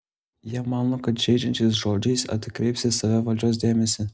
jie mano kad žeidžiančiais žodžiais atkreips į save valdžios dėmesį